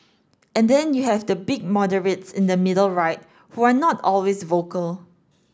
and then you have the big moderates in the middle right who are not always vocal